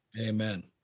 Amen